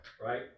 right